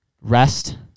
rest